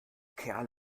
kerl